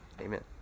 amen